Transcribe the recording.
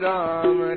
Ram